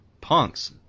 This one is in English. punks